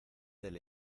del